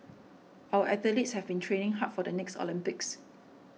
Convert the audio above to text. our athletes have been training hard for the next Olympics